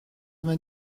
vingt